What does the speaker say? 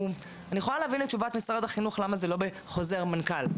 אני יכולה להבין את תשובת משרד החינוך למה זה לא בחוזר מנכ"ל,